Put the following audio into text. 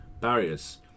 Barriers